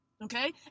Okay